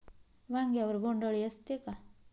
वांग्यावर बोंडअळी असते का?